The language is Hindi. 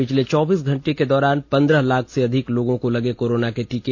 पिछले चौबीस घंटे के दौरान पंद्रह लाख से अधिक लोगों को लगे कोरोना के टीके